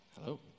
Hello